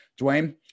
Dwayne